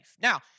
Now